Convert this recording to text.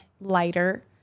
lighter